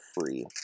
free